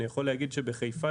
אני יכול להגיד שבחיפה,